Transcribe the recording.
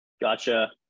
Gotcha